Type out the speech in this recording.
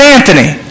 Anthony